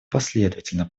последовательно